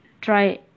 try